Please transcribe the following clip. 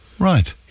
Right